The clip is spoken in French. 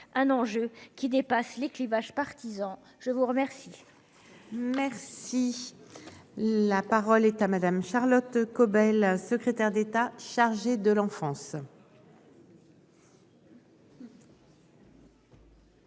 un enjeu qui dépasse les clivages partisans, je vous remercie. Merci la. Parole est à madame Charlotte Caubel, secrétaire d'État chargé de l'enfance.